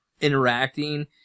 interacting